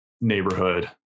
neighborhood